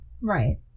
Right